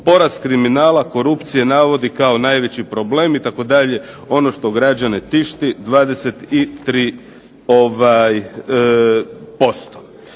Porast kriminala i korupcije navodi kao najveći problem itd. ono što građane tišti 23%.